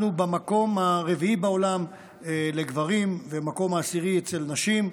אנחנו במקום הרביעי בעולם לגברים ובמקום העשירי אצל נשים,